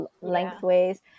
lengthways